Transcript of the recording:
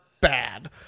bad